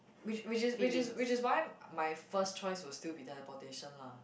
which which is which is which is why my first choice will still be teleportation lah